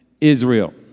Israel